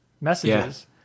messages